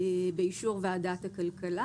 באישור ועדת הכלכלה,